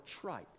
trite